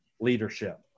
leadership